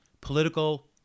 political